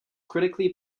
critically